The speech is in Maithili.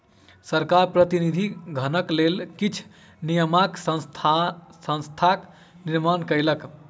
सरकार प्रतिनिधि धनक लेल किछ नियामक संस्थाक निर्माण कयलक